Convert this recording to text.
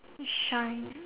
shine